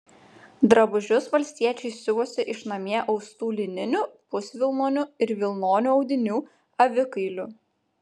drabužius valstiečiai siuvosi iš namie austų lininių pusvilnonių ir vilnonių audinių avikailių